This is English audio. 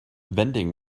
vending